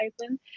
Iceland